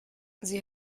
sie